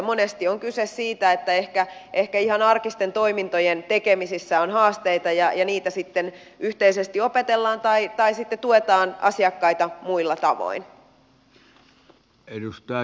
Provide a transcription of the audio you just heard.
monesti on kyse siitä että ehkä ihan arkisten toimintojen tekemisessä on haasteita ja niitä sitten yhteisesti opetellaan tai sitten tuetaan asiakkaita muilla tavoin